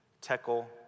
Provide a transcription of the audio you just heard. tekel